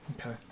Okay